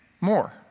more